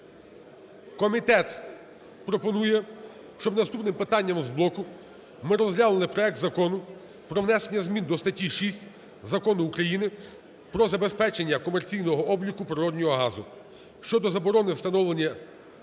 Комітет пропонує, щоб наступним питанням з блоку ми розглянули проект Закону про внесення змін до статті 6 Закону України "Про забезпечення комерційного обліку природного газу" (щодо заборони встановлення